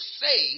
say